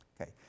Okay